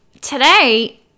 today